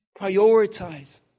prioritize